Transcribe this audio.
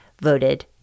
voted